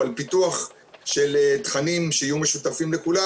על פיתוח של תכנים שיהיו משותפים לכולם,